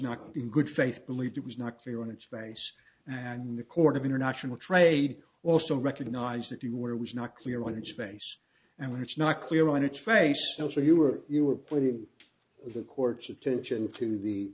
not in good faith believed it was not clear on its face and the court of international trade also recognized that you were was not clear on its face and when it's not clear on its face still show you were you were putting the court's attention to the